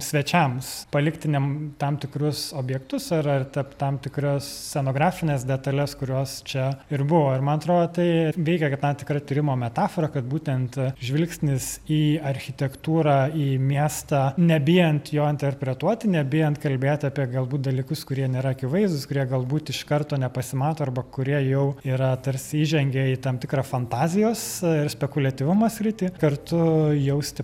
svečiams palikti ne tam tikrus objektus ar ar tap tam tikras scenografines detales kurios čia ir buvo ir man atrodo tai veikia kaip tam tikra tyrimo metafora kad būtent žvilgsnis į architektūrą į miestą nebijant jo interpretuoti nebijant kalbėti apie galbūt dalykus kurie nėra akivaizdūs kurie galbūt iš karto nepasimato arba kurie jau yra tarsi įžengę į tam tikrą fantazijos ir spekuliatyvumo sritį kartu jausti